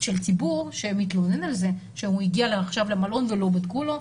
ציבור שמתלונן על זה שהוא הגיע עכשיו למלון ולא בדקו לו.